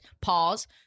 Pause